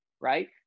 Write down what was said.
Right